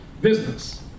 business